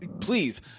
please